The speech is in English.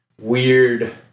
weird